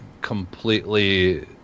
completely